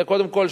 זה קודם כול,